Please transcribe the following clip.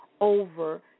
over